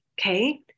Okay